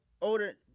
older